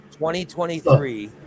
2023